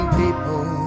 people